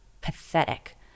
pathetic